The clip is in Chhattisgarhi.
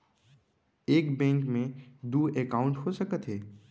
एक बैंक में दू एकाउंट हो सकत हे?